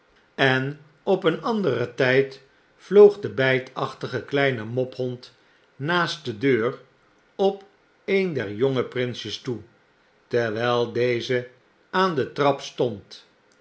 en op een anderen tyd vloog de bytachtige kleine mophond naast de deur op een der jonge prinsjes toe terwyl deze aan de trap stond